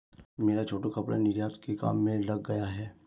मेरा छोटू कपड़ा निर्यात के काम में लग गया है